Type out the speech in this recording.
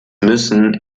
müssen